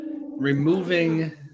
removing